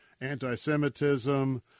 anti-Semitism